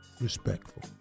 Respectful